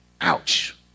Ouch